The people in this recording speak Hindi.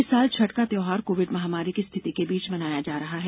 इस साल छठ का त्यौहार कोविड महामारी की स्थिति के बीच मनाया जा रहा है